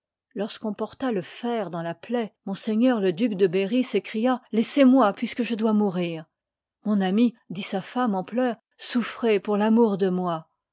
lorsqu'on porta le fer dans la plaie ms le duc de berry s'écria laissez-moi puisque je dois mourir mon ami dit sa femme en pleurs souffrez pour l'amour de moi